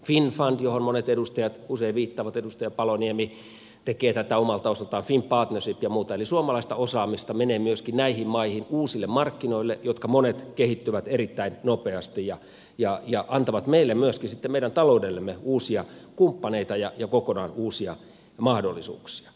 finnfund johon monet edustajat usein viittaavat edustaja paloniemi tekee tätä omalta osaltaan finnpartnership ja muut eli suomalaista osaamista menee näihin maihin myöskin uusille markkinoille joista monet kehittyvät erittäin nopeasti ja antavat meille myöskin sitten meidän taloudellemme uusia kumppaneita ja kokonaan uusia mahdollisuuksia